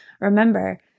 Remember